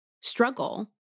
struggle